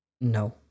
No